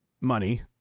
money